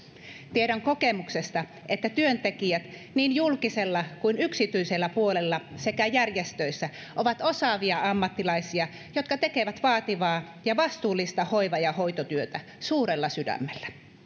tiedän kokemuksesta että työntekijät niin julkisella kuin yksityisellä puolella sekä järjestöissä ovat osaavia ammattilaisia jotka tekevät vaativaa ja vastuullista hoiva ja hoitotyötä suurella sydämellä